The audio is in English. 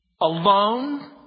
alone